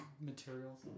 materials